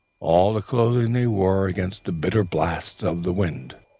all the clothing they wore against the bitter blasts of the winds.